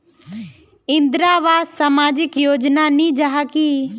इंदरावास सामाजिक योजना नी जाहा की?